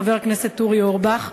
חבר הכנסת אורי אורבך,